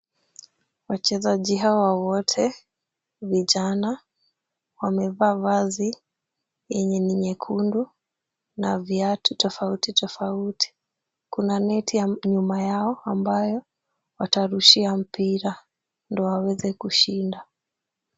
Wachezaji hawa wote vijana wamevaa vazi yenye ni nyekundu na viatu tofauti tofauti. Kuna neti nyuma yao ambayo watarushia mpira ndio waweze kushinda.